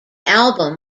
album